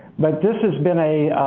but this has been a